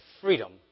freedom